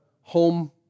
home